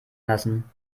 lassen